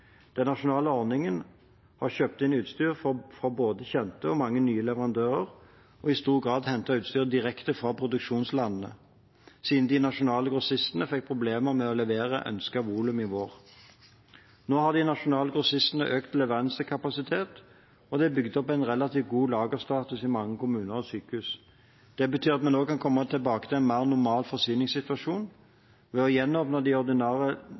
Den nasjonale ordningen har kjøpt inn utstyr fra både kjente og mange nye leverandører og i stor grad hentet utstyret direkte fra produksjonslandene, siden de nasjonale grossistene fikk problemer med å levere ønsket volum i vår. Nå har de nasjonale grossistene økt leveransekapasitet, og det er bygd opp en relativt god lagerstatus i mange kommuner og sykehus. Det betyr at vi nå kan komme tilbake til en mer normal forsyningssituasjon. Ved å gjenåpne de ordinære